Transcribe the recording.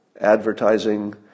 advertising